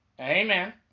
Amen